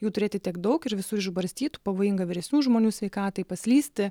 jų turėti tiek daug ir visų išbarstytų pavojinga vyresnių žmonių sveikatai paslysti